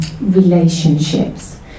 relationships